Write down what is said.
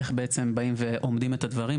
איך בעצם באים ואומדים את הדברים.